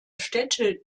städte